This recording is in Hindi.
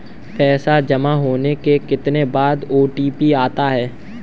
पैसा जमा होने के कितनी देर बाद ओ.टी.पी आता है?